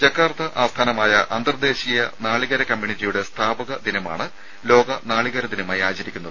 Jakarta ആസ്ഥാനമായ അന്തർ ദേശീയ നാളികേര കമ്മ്യൂണിറ്റിയുടെ സ്ഥാപക ദിനമാണ് ലോക നാളികേര ദിനമായി ആചരിക്കുന്നത്